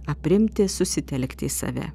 aprimti susitelkti į save